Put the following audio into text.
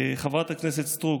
חברת הכנסת סטרוק,